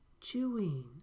chewing